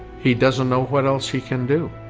he doesn't know what else he can do.